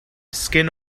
skin